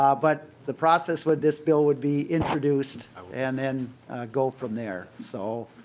ah but the process with this bill will be introduced and then go from there. so